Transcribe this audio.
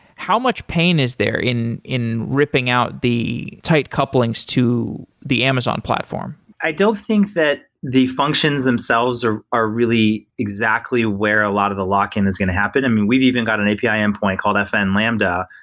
how much pain is there in in ripping out the tight couplings to the amazon platform? i don't think that the functions themselves are are really exactly where a lot of the lock-in is going to happen. i mean, we've even got an api endpoint called fn lambda,